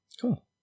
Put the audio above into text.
Cool